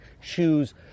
shoes